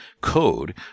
code